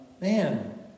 man